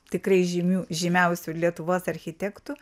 tikrai žymių žymiausių lietuvos architektų